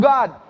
God